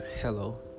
Hello